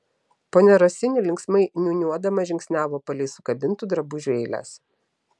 ponia rosini linksmai niūniuodama žingsniavo palei sukabintų drabužių eiles